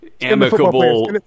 amicable